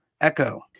echo